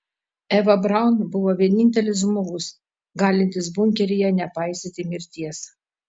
eva braun buvo vienintelis žmogus galintis bunkeryje nepaisyti mirties